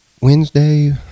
Wednesday